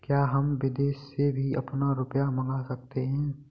क्या हम विदेश से भी अपना रुपया मंगा सकते हैं?